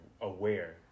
aware